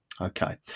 okay